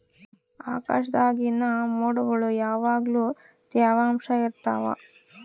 ಆಕಾಶ್ದಾಗಿನ ಮೊಡ್ಗುಳು ಯಾವಗ್ಲು ತ್ಯವಾಂಶ ಇರ್ತವ